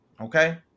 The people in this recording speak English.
Okay